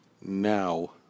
Now